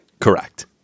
Correct